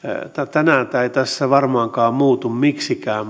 tänään tämä ei tästä varmaankaan muutu miksikään